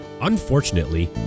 Unfortunately